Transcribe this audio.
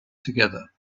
together